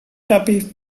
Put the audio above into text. tuppy